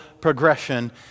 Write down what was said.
progression